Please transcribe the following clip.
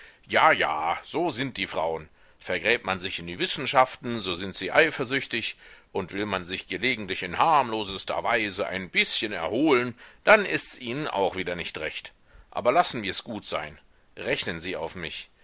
ja ja so sind die frauen vergräbt man sich in die wissenschaften so sind sie eifersüchtig und will man sich gelegentlich in harmlosester weise ein bißchen erholen dann ists ihnen auch wieder nicht recht aber lassen wirs gut sein rechnen sie auf mich